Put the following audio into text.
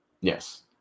Yes